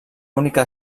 única